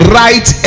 right